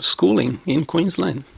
schooling in queensland.